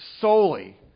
solely